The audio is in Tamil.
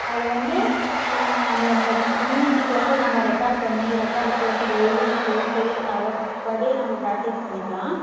அதுவந்து நம்ம அந்த மியூஸிக் வந்து நம்ம ரெக்கார்டு பண்ணி ரெக்கார்டு போட்டு டெய்லியும் கேட்டு அதைப்படி நம்ம பிராக்டிஸ் பண்ணிக்கலாம்